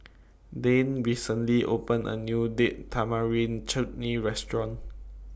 Dayne recently opened A New Date Tamarind Chutney Restaurant